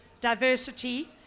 diversity